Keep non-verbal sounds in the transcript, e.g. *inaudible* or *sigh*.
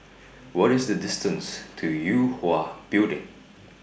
*noise* What IS The distance to Yue Hwa Building